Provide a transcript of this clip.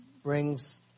brings